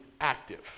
active